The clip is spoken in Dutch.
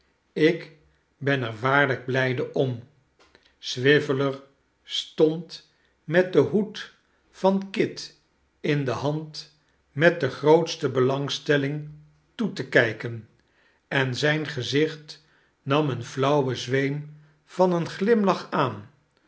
ik ben er waarlijk blijde om swiveller stond met den hoed van kit in nelly de hand met de grootste belangstelling toe te kijken en zijn gezicht nam een flauwen zweem van een glimlach aan